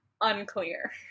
Unclear